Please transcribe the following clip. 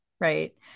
right